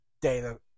data